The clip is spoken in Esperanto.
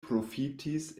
profitis